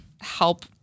help